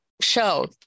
show